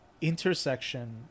intersection